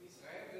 לא רק בישראל.